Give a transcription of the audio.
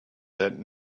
that